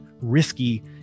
risky